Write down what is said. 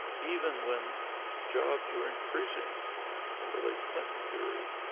even when jobs were increasing in the late clinton period.